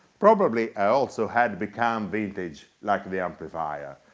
probably i also had become vintage like the amplifier.